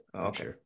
Okay